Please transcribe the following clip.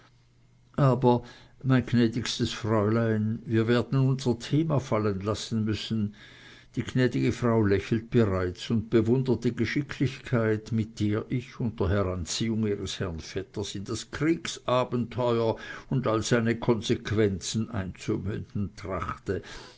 aber mein gnädigstes fräulein wir werden unser thema fallen lassen müssen die gnädige frau lächelt bereits und bewundert die geschicklichkeit mit der ich unter heranziehung ihres herrn vetters in das kriegsabenteuer und all seine konsequenzen einzumünden trachte